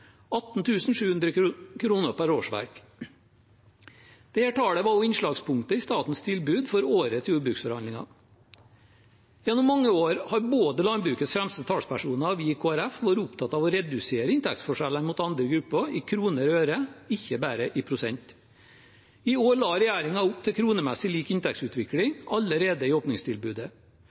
per årsverk. Dette tallet var også innslagspunktet i statens tilbud i årets jordbruksforhandlinger. Gjennom mange år har både landbrukets fremste talspersoner og vi i Kristelig Folkeparti vært opptatt av å redusere inntektsforskjeller mot andre grupper i kroner og øre, ikke bare i prosent. I år la regjeringen opp til kronemessig lik inntektsutvikling allerede i åpningstilbudet.